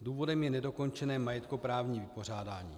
Důvodem je nedokončené majetkoprávní vypořádání.